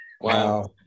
Wow